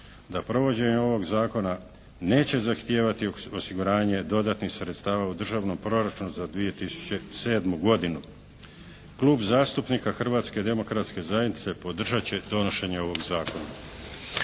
da provođenje ovog zakona neće zahtijevati osiguranje dodatnih sredstava u Državnom proračunu za 2007. godinu. Klub zastupnika Hrvatske demokratske zajednice podržat će donošenje ovog zakona.